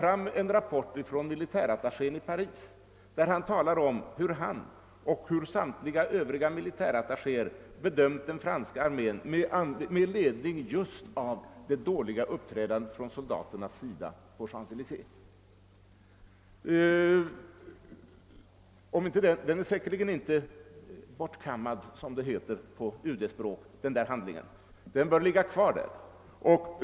Det är en rapport från militärattachén i Paris, där han talar om hur han och samtliga övriga militärattachéer bedömde den franska armén just med ledning av soldaternas dåliga uppträdande på Champs-EÉlysées. Den rapporten är säkerligen inte bortkammad, som det heter på UD språk, utan bör ligga kvar.